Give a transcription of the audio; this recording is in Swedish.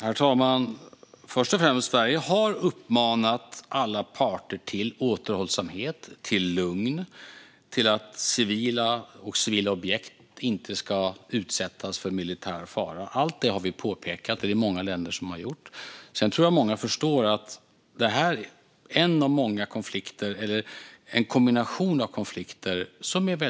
Herr talman! Först och främst har Sverige uppmanat alla parter till återhållsamhet, till lugn och till att se till att civila och civila objekt inte ska utsättas för militär fara. Allt det har vi påpekat. Det har många länder gjort. Jag tror att många förstår att det är en komplex kombination av konflikter.